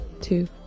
two